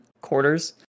quarters